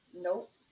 Nope